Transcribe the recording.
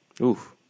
Oof